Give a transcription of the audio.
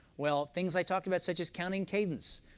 well, things i talked about such as counting cadence,